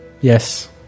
Yes